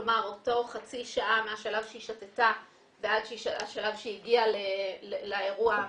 כלומר אותה חצי שעה מהשלב שהיא שתתה ועד השלב שהיא הגיעה לאירוע המיני,